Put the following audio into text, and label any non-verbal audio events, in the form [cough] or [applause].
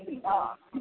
[unintelligible]